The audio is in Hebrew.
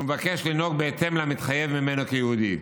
כפי שהוא מבקש לנהוג בהתאם למתחייב ממנו כיהודי.